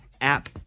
app